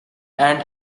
and